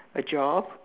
the job